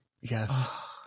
yes